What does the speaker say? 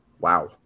Wow